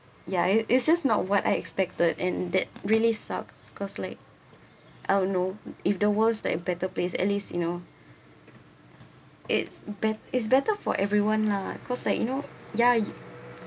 yeah it it's just not what I expected and that really sucks cause like oh no if there was a better place at least you know it's bet~ it's better for everyone lah cause like you know ya you